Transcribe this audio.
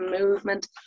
movement